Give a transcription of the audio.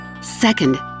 Second